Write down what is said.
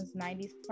90s